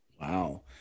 Wow